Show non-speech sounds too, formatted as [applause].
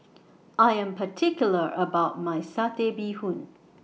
[noise] I Am particular about My Satay Bee Hoon